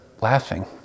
laughing